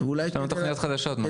יש לנו תכניות חדשות.